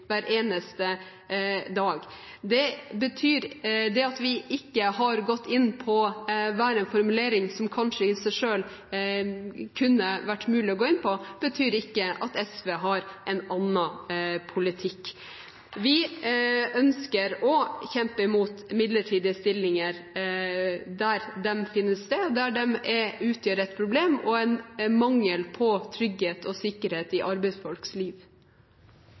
hver eneste dag. Det at vi ikke har gått inn på enhver formulering som det i seg selv kanskje kunne vært mulig å gå inn på, betyr ikke at SV har en annen politikk. Vi ønsker å kjempe mot midlertidige stillinger der de finnes, og der de utgjør et problem og gir en mangel på trygghet og sikkerhet i arbeidsfolks liv.